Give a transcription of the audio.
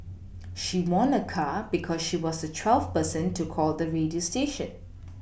she won a car because she was the twelfth person to call the radio station